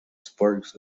sparks